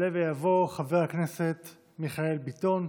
יעלה ויבוא חבר הכנסת מיכאל ביטון,